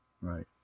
Right